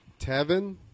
Tevin